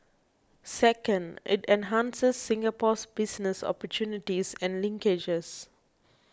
second it enhances Singapore's business opportunities and linkages